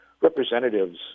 representatives